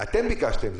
אתם ביקשתם.